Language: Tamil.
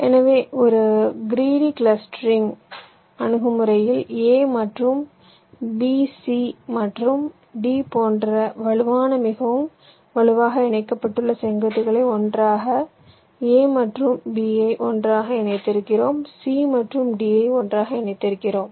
எனவே ஒரு கிரீடி கிளஸ்டரிங் அணுகுமுறையில் a மற்றும் b c மற்றும் d போன்ற வலுவான மிகவும் வலுவாக இணைக்கப்பட்டுள்ள செங்குத்துகளை ஒன்றாக a மற்றும் b ஐ ஒன்றாக இணைக்கிறோம் c மற்றும் d ஐ ஒன்றாக இணைக்கிறோம்